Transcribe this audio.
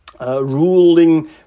Ruling